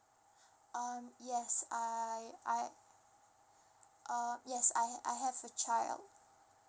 um yes I I uh yes I I have a child